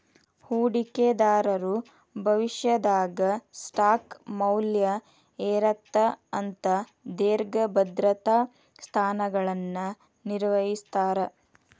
ಹೂಡಿಕೆದಾರರು ಭವಿಷ್ಯದಾಗ ಸ್ಟಾಕ್ ಮೌಲ್ಯ ಏರತ್ತ ಅಂತ ದೇರ್ಘ ಭದ್ರತಾ ಸ್ಥಾನಗಳನ್ನ ನಿರ್ವಹಿಸ್ತರ